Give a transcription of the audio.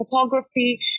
photography